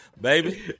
Baby